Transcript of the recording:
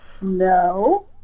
No